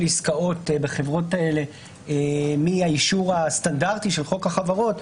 עסקאות בחברות האלה מהאישור הסטנדרטי של חוק החברות,